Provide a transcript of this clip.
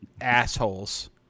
assholes